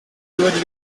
deliver